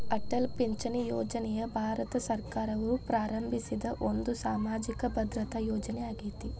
ಅಟಲ್ ಪಿಂಚಣಿ ಯೋಜನೆಯು ಭಾರತ ಸರ್ಕಾರವು ಪ್ರಾರಂಭಿಸಿದ ಒಂದು ಸಾಮಾಜಿಕ ಭದ್ರತಾ ಯೋಜನೆ ಆಗೇತಿ